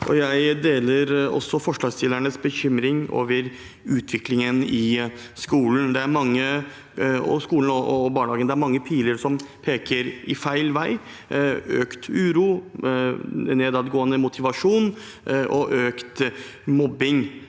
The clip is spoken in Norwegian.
Jeg deler også forslagsstillernes bekymring over utviklingen i skolen og barnehagen. Det er mange piler som peker feil vei: økt uro, nedadgående motivasjon og økt mobbing.